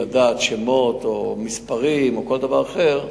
לדעת שמות או מספרים או כל דבר אחר,